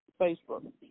Facebook